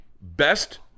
Best